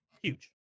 Huge